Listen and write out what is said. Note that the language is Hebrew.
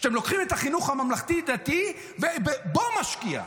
שאתם לוקחים את החינוך הממלכתי-דתי ובו משקיעים.